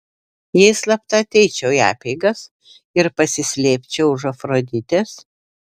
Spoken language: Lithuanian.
jei slapta ateičiau į apeigas ir pasislėpčiau už afroditės